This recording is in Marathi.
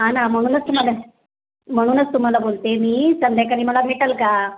हा ना म्हणूनच तुम्हाला म्हणूनच तुम्हाला बोलते आहे मी संध्याकाळी मला भेटाल का